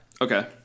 okay